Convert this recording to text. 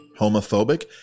homophobic